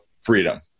freedom